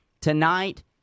tonight